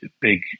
big